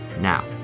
Now